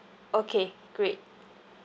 okay great